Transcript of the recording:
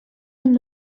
amb